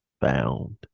Found